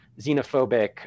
xenophobic